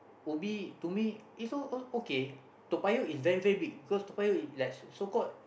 Ubi to me is O okay Toa-Payoh is very very big because Toa-Payoh is like so called